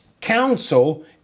council